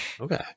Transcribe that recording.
Okay